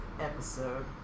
episode